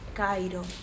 cairo